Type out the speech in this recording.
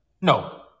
no